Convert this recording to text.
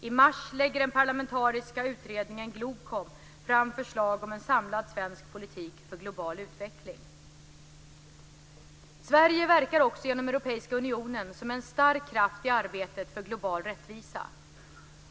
I mars lägger den parlamentariska utredningen Globkom fram förslag om en samlad svensk politik för global utveckling. Sverige verkar också genom Europeiska unionen som är en stark kraft i arbetet för global rättvisa.